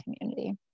community